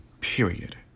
Period